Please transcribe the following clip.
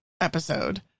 episode